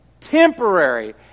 temporary